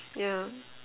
yeah